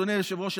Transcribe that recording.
אדוני היושב-ראש,